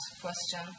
question